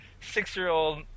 six-year-old